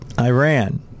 Iran